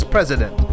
President